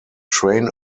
train